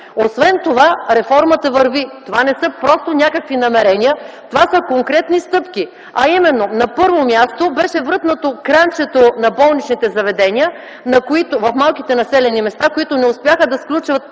Освен това, реформата върви. Това не са просто някакви намерения – това са конкретни стъпки. Именно: на първо място, беше врътнато кранчето на болничните заведения в малките населени места, които не успяха да сключат